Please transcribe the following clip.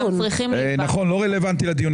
נכון, לא רלוונטי לדיון.